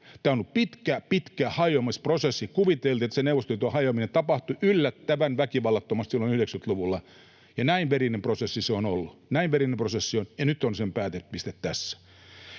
Tämä on ollut pitkä, pitkä hajoamisprosessi. Kuviteltiin, että se Neuvostoliiton hajoaminen tapahtui yllättävän väkivallattomasti silloin 90-luvulla, ja näin verinen prosessi se on ollut. Näin verinen prosessi